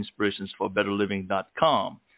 inspirationsforbetterliving.com